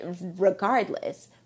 regardless